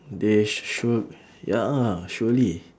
they sure ya surely